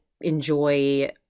enjoy